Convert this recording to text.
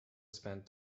spent